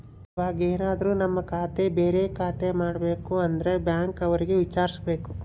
ಇವಾಗೆನದ್ರು ನಮ್ ಖಾತೆ ಬೇರೆ ಖಾತೆ ಮಾಡ್ಬೇಕು ಅಂದ್ರೆ ಬ್ಯಾಂಕ್ ಅವ್ರಿಗೆ ವಿಚಾರ್ಸ್ಬೇಕು